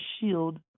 shield